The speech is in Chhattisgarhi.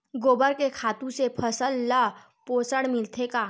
गोबर के खातु से फसल ल पोषण मिलथे का?